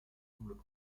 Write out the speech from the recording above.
semblent